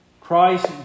Christ